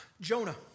Jonah